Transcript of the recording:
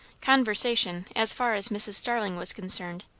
conversation, as far as mrs. starling was concerned,